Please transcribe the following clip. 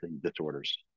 disorders